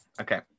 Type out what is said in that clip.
okay